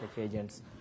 agents